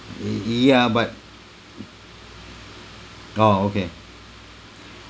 ya but oh okay